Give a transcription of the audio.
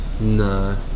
No